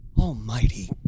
Almighty